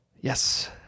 Yes